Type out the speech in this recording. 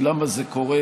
כי למה זה קורה,